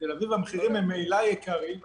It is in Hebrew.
בתל אביב המחירים ממילא יקרים,